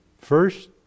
First